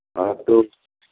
हाँ तो